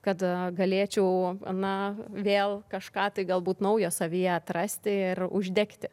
kad galėčiau na vėl kažką tai galbūt naujo savyje atrasti ir uždegti